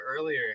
earlier